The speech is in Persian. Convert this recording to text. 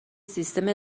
سیستم